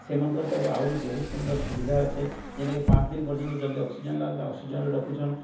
ସେମାନଙ୍କ ପାଇଁ ଆହୁରି ବହୁତ ସୁନ୍ଦର ସୁବିଧା ଅଛି ଯେଉଁଟାକି ପାଞ୍ଚ ଦିନ ପର୍ଯ୍ୟନ୍ତ ଯଦି ଅକ୍ସିଜେନ୍ ଲାଗିଲେ ଅକ୍ସିଜେନ୍ରେ ରଖୁଛନ୍ତି